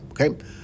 okay